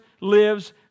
lives